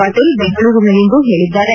ಪಾಟೀಲ್ ಬೆಂಗಳೂರಿನಲ್ಲಿಂದು ಹೇಳಿದ್ದಾರೆ